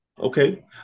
Okay